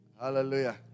Hallelujah